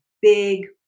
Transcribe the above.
big